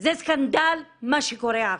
זה סקנדל מה שקורה עכשיו.